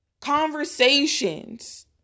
Conversations